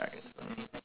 like mm mm